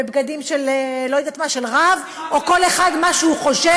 בבגדים של רב או כל אחד מה שהוא חושב שמכפיש את השני.